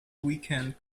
weekend